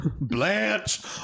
Blanche